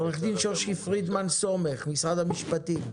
עו"ד שושי פרידמן-סומך, משרד המשפטים.